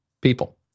people